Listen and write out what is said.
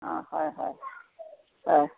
অঁ হয় হয় হয়